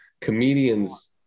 comedians